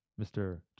mr